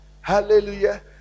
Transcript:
hallelujah